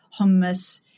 hummus